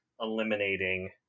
eliminating